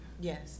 yes